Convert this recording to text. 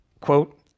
quote